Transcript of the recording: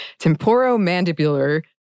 temporomandibular